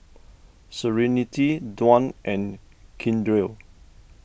Serenity Dwan and Keandre